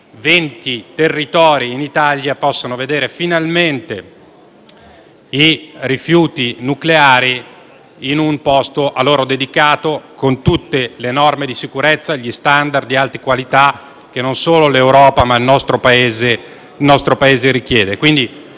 territori in Italia possano vedere finalmente i rifiuti nucleari collocati in un posto a loro dedicato, con tutte le norme di sicurezza e gli *standard* di alta qualità, che non solo l'Europa, ma anche il nostro Paese richiede.